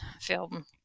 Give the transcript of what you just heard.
film